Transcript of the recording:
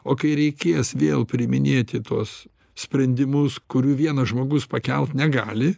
o kai reikės vėl priiminėti tuos sprendimus kurių vienas žmogus pakelt negali